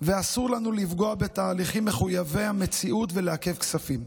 ואסור לנו לפגוע בתהליכים מחויבי המציאות ולעכב כספים.